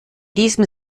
diesem